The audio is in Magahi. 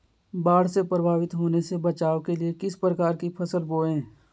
बाढ़ से प्रभावित होने से बचाव के लिए किस प्रकार की फसल बोए?